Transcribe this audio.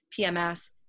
PMS